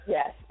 Yes